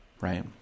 right